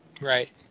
right